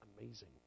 amazing